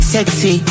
Sexy